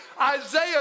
Isaiah